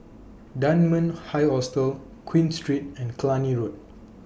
Dunman High Hostel Queen Street and Cluny Road